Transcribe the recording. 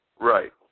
Right